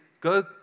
go